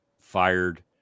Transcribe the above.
fired